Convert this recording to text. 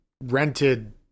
rented